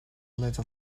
little